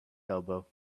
elbow